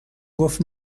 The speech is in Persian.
گفت